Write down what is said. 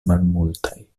malmultaj